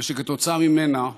ושכתוצאה ממנה,